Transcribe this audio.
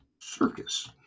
circus